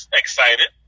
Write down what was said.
excited